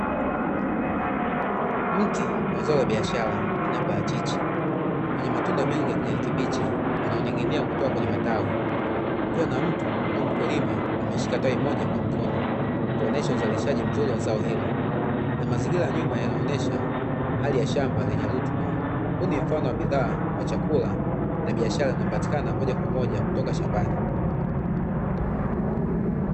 Mti wa zao la biashara aina ya parachichi, wenye matunda mengi ya kijani kibichi, yanayoning'inia kutoka kwenye matawi, kukiwa na mtu au mkulima ameshika tawi moja kwa mkono, kuonesha uzalishaji mzuri wa zao hilo, na mazingira ya nyuma yanaonyesha, hali ya shamba lenye rutuba, huu ni mfano wa bidhaa ya chakula, na biashara inayopatikana moja kwa moja kutoka shambani.